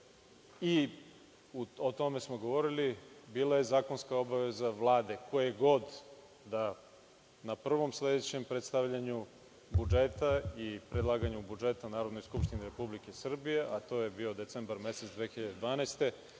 i, o tome smo govorili, bila je zakonska obaveza Vlade, koje god, da na prvom sledećem predstavljanju budžeta i predlaganju budžeta Narodnoj skupštini RS, a to je bio decembar mesec 2012.